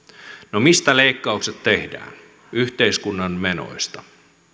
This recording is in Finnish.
no mistä leikkaukset tehdään yhteiskunnan menoista